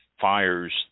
fires